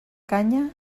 canya